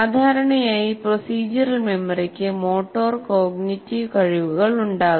സാധാരണയായി പ്രൊസീജറൽ മെമ്മറിക്ക് motor cognitive കഴിവുകൾ ഉണ്ടാകും